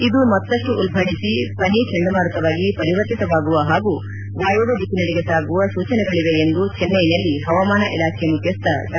ಇದು ಮತ್ತಷ್ಟು ಉಲ್ಪಣೆಸಿ ಫನಿ ಚಂಡಮಾರುತವಾಗಿ ಪರಿವರ್ತಿತವಾಗುವ ಹಾಗೂ ವಾಯವ್ಯ ದಿಕ್ಕಿನೆಡೆ ಸಾಗುವ ಸೂಚನೆಗಳಿವೆ ಎಂದು ಚೆನ್ನೈನಲ್ಲಿ ಹವಾಮಾನ ಇಲಾಖೆ ಮುಖ್ಯಸ್ವ ಡಾ